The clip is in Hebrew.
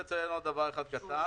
לא יעמיקו.